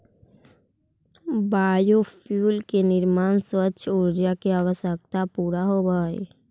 biofuel के निर्माण से स्वच्छ ऊर्जा के आवश्यकता पूरा होवऽ हई